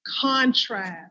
contrast